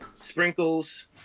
sprinkles